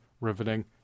riveting